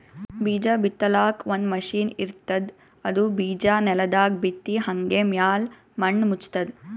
ಬೀಜಾ ಬಿತ್ತಲಾಕ್ ಒಂದ್ ಮಷಿನ್ ಇರ್ತದ್ ಅದು ಬಿಜಾ ನೆಲದಾಗ್ ಬಿತ್ತಿ ಹಂಗೆ ಮ್ಯಾಲ್ ಮಣ್ಣ್ ಮುಚ್ತದ್